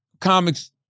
comics